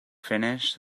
finish